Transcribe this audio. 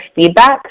feedback